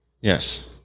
yes